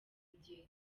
igihe